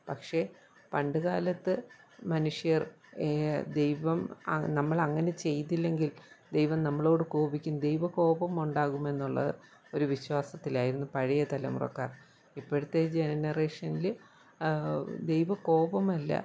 പക്ഷേ പണ്ടുകാലത്ത് മനുഷ്യർ ദൈവം നമ്മളങ്ങനെ ചെയ്തില്ലെങ്കിൽ ദൈവം നമ്മളോട് കോപിക്കും ദൈവകോപമൊണ്ടാകുമെന്നുള്ളത് ഒരു വിശ്വാസത്തിലായിരുന്നു പഴയ തലമുറക്കാർ ഇപ്പോഴത്തെ ജനറേഷനിൽ ദൈവകോപമല്ല